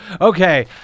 okay